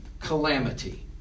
calamity